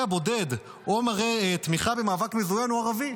בודד או מראה תמיכה במאבק מזוין הוא ערבי?